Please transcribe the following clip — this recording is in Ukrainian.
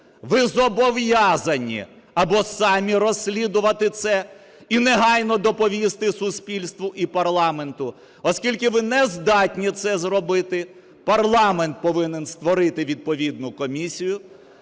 Ви зобов'язані або самі розслідувати це і негайно доповісти суспільству і парламенту. Оскільки ви нездатні це зробити, парламент повинен створити відповідну комісію,